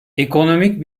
ekonomik